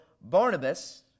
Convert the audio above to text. Barnabas